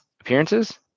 appearances